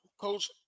Coach